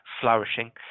flourishing